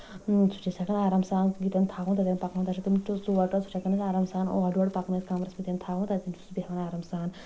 سُہ چھِ أسۍ ہٮ۪کان آرام سان ییٚتٮ۪ن تھاوہوٚن تَتیٚٮ۪ن پَکنٲوِتھ تَتھ چھِ تِم ٹہ ژور ٹٲر سُہ چھِ ہٮ۪کان أسۍ آرام سان اورٕ یور پکنٲوِتھ کَمرَس منٛز ییٚتٮ۪ن تھاوہوٚن تَتٮ۪ن چھُ سُہ بیٚہوان آرام سان